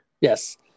Yes